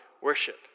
worship